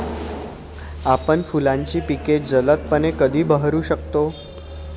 आपण फुलांची पिके जलदपणे कधी बहरू शकतो?